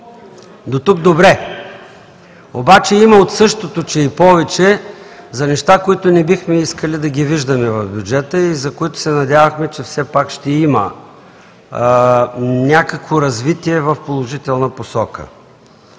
Дотук добре, но има и от същото, че и повече за неща, които не бихме искали да ги виждаме в бюджета и за които се надявахме, че все пак ще има някакво развитие в положителна посока.